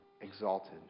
exalted